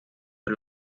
für